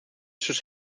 sus